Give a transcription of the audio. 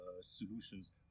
solutions